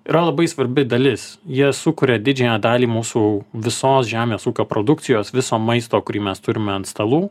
yra labai svarbi dalis jie sukuria didžiąją dalį mūsų visos žemės ūkio produkcijos viso maisto kurį mes turime ant stalų